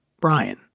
Brian